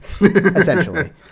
essentially